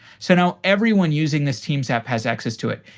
so now, everyone using this teams app has access to it,